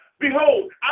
Behold